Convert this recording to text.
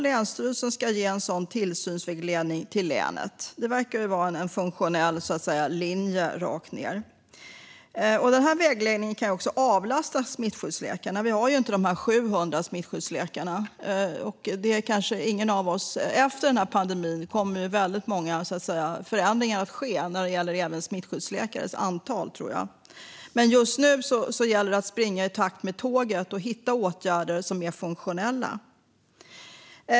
Länsstyrelsen ska ge sådan tillsynsvägledning i länet. Det verkar vara en funktionell linje rakt ned. Vägledningen kan avlasta smittskyddsläkarna. Vi har inte 700 stycken. Efter pandemin kommer många förändringar att ske även när det gäller smittskyddsläkarnas antal, men just nu gäller det att springa i takt med tåget och hitta åtgärder som är funktionella.